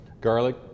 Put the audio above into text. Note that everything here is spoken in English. garlic